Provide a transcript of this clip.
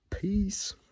Peace